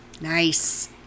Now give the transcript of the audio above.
Nice